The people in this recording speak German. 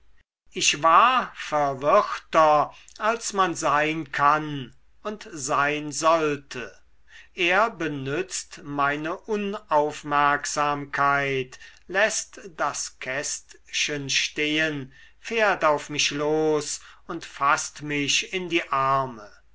ich war verwirrter als man sein kann und sein sollte er benützt meine unaufmerksamkeit läßt das kästchen stehen fährt auf mich los und faßt mich in die arme